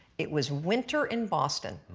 it was winter in boston.